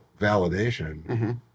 validation